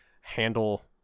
handle